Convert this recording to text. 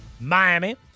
Miami